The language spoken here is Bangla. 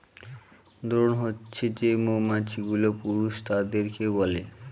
দ্রোন হছে যে মৌমাছি গুলো পুরুষ তাদেরকে বলে